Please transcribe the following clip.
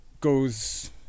goes